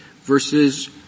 versus